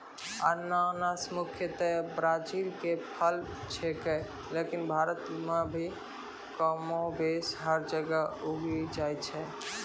अनानस मुख्यतया ब्राजील के फल छेकै लेकिन भारत मॅ भी कमोबेश हर जगह उगी जाय छै